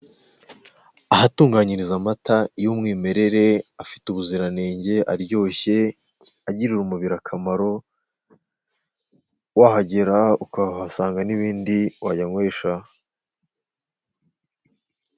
Ahatunganyiriza amata y'umwimerere, afite ubuziranenge, aryoshye, agirira umubiri akamaro, wahagera ukahasanga n'ibindi wayanywesha.